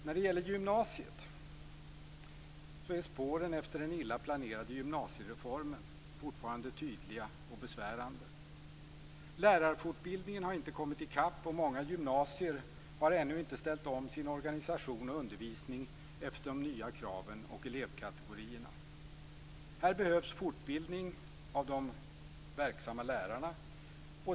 När det gäller gymnasiet är spåren efter den illa planerade gymnasiereformen fortfarande tydliga och besvärande. Lärarfortbildningen har inte kommit i kapp, och många gymnasier har ännu inte ställt om sin organisation och undervisning efter de nya kraven och elevkategorierna. Här behövs fortbildning av de verksamma lärarna.